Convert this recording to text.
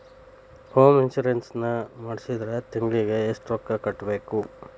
Home insurance ನ ಮಾಡ್ಸಿದ್ರ ತಿಂಗ್ಳಿಗೆ ಎಷ್ಟ್ ರೊಕ್ಕಾ ಕಟ್ಬೇಕ್?